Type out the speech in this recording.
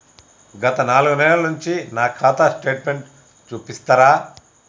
గత నాలుగు నెలల నుంచి నా ఖాతా స్టేట్మెంట్ చూపిస్తరా?